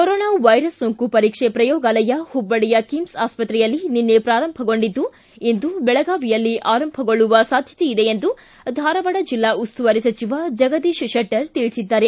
corona virus ಸೋಂಕು ಪರೀಕ್ಷೆ ಪ್ರಯೋಗಾಲಯ ಹುಬ್ಬಳ್ಳಯ ಕಿಮ್ಲ್ ಆಸ್ತತ್ರೆಯಲ್ಲಿ ನಿನ್ನೆ ಪ್ರಾರಂಭಗೊಂಡಿದ್ದು ಇಂದು ಬೆಳಗಾವಿಯಲ್ಲಿ ಆರಂಭಗೊಳ್ಳುವ ಸಾಧ್ಯತೆ ಇದೆ ಎಂದು ಧಾರವಾಡ ಜಿಲ್ಲಾ ಉಸ್ತುವಾರಿ ಸಚಿವ ಜಗದೀಶ್ ಶೆಟ್ಟರ್ ತಿಳಿಸಿದ್ದಾರೆ